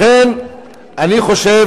לכן אני חושב